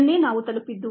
ಇದನ್ನೇ ನಾವು ತಲುಪಿದ್ದು